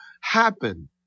happen